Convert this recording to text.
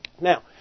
Now